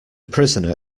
prisoner